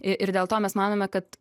i ir dėl to mes manome kad